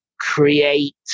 create